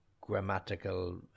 grammatical